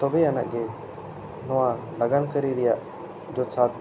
ᱛᱚᱵᱮ ᱟᱹᱱᱤᱜᱼᱜᱮ ᱱᱚᱣᱟ ᱞᱟᱜᱟᱱᱠᱟᱹᱨᱤ ᱨᱮᱭᱟᱜ ᱡᱚᱛᱷᱟᱛ